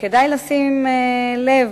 כדאי לשים לב